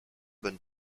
bonne